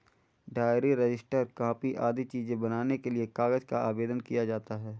diary, register, copy आदि चीजें बनाने के लिए कागज का आवेदन किया जाता है